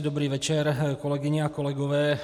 Dobrý večer, kolegyně a kolegové.